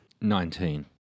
Nineteen